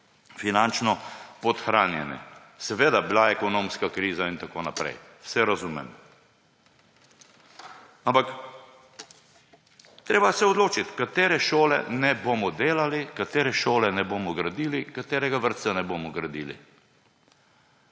finančno podhranjene. Seveda, bila je ekonomska kriza in tako naprej, vse razumem. Ampak treba se je odločiti, katere šole ne bomo delali, katere šole ne bomo gradili, katerega vrtca ne bomo gradili.